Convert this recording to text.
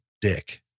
dick